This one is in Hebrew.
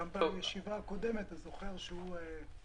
גם בישיבה הקודמת אתה זוכר שלא היה לו זמן.